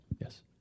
Yes